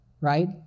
Right